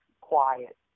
quiet